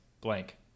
blank